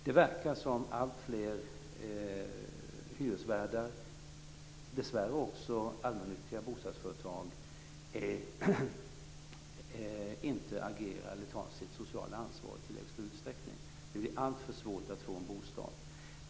Det verkar som att alltfler hyresvärdar, dessvärre också allmännyttiga bostadsföretag, inte tar sitt sociala ansvar i tillräckligt stor utsträckning. Det blir alltför svårt att få en bostad.